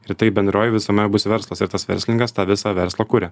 ir taip bendroj visumoj bus verslas ir tas verslininkas tą visą verslą kuria